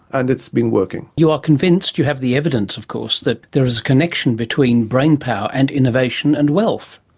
and it's been working. you are convinced, you have the evidence of course, that there is a connection between brain power and innovation and wealth.